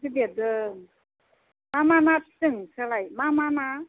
एसे देरदों मा मा ना फिसिदों नोंस्रालाय मा मा ना